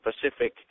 Pacific